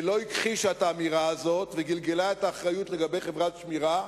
שלא הכחישה את האמירה הזאת וגלגלה את האחריות לחברת שמירה.